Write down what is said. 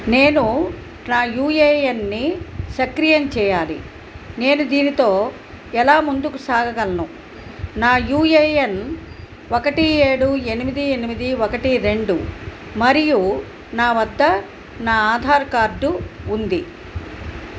నేను నా U A N సక్రియం చేయాలి నేను దీనితో ఎలా ముందుకు సాగగలను నా యూ ఏ ఎన్ ఒకటి ఏడు ఎనిమిది ఎనిమిది ఒకటి రెండు మరియు నా వద్ద నా ఆధార్ కార్డు ఉంది